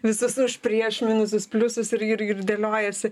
visus už prieš minusus pliusus ir ir ir dėliojiesi